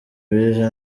bize